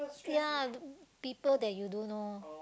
ya the people that you don't know